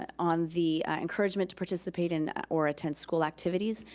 ah on the encouragement to participate and or attend school activities,